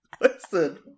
Listen